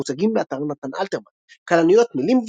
המוצגים באתר נתן אלתרמן "כלניות" - מילים,